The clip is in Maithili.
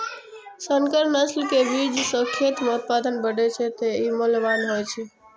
संकर नस्ल के बीज सं खेत मे उत्पादन बढ़ै छै, तें ई मूल्यवान होइ छै